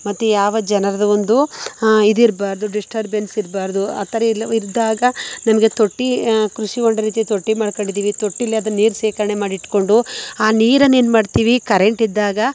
ಮತ್ತೆ ಯಾವ ಜನರದ್ದು ಒಂದು ಇದಿರಬಾರ್ದು ಡಿಸ್ಟರ್ಬೆನ್ಸ್ ಇರಬಾರ್ದು ಆ ಥರ ಎಲ್ಲ ಇದ್ದಾಗ ನಮಗೆ ತೊಟ್ಟಿ ಕೃಷಿ ಒಂದು ರೀತಿಯಲ್ಲಿ ತೊಟ್ಟಿ ಮಾಡ್ಕೊಂಡಿದ್ದೀವಿ ತೊಟ್ಟಿಲಿ ಅದು ನೀರು ಶೇಖರಣೆ ಮಾಡಿಟ್ಕೊಂಡು ಆ ನೀರನ್ನೇನು ಮಾಡ್ತೀವಿ ಕರೆಂಟ್ ಇದ್ದಾಗ